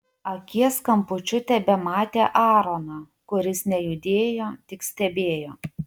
akies kampučiu tebematė aaroną kuris nejudėjo tik stebėjo